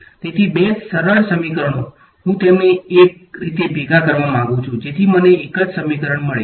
તેથી બે સરળ સમીકરણો હું તેમને એક રીતે ભેગા કરવા માંગુ છું જેથી મને એક જ સમીકરણ મળે